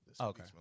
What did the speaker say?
Okay